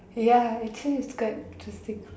ya actually its quite interesting